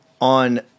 on